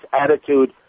attitude